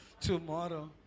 Tomorrow